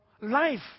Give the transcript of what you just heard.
life